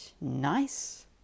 nice